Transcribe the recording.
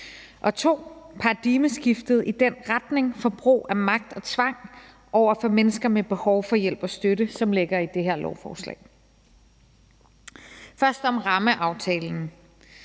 er paradigmeskiftet i retning mod brug af magt og tvang over for mennesker med behov for hjælp og støtte, som ligger i det her lovforslag. Først om rammeaftalen.